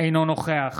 אינו נוכח